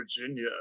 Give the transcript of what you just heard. virginia